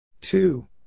Two